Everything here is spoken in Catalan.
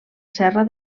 serra